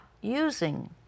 using